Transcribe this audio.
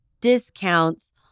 discounts